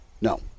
No